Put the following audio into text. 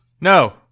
No